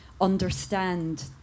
understand